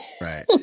Right